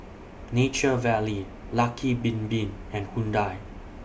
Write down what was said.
Nature Valley Lucky Bin Bin and Hyundai